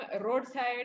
roadside